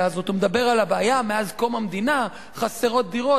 הזאת; הוא מדבר על הבעיה: מאז קום המדינה חסרות דירות.